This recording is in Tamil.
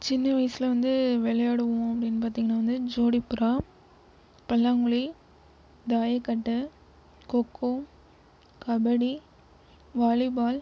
சின்ன வயசில் வந்து விளையாடுவோம் அப்படின்னு பார்த்திங்கனா வந்து ஜோடிப்புறா பல்லாங்குழி தாயக்கட்டை கொக்கோ கபடி வாலிபால்